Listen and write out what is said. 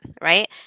right